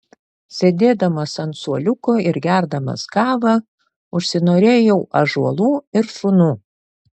sėdėdamas ant suoliuko ir gerdamas kavą užsinorėjau ąžuolų ir šunų